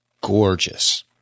gorgeous